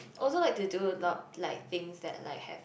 also like to do a lot like things like that have